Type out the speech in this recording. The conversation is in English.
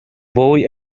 boy